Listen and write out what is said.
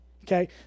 Okay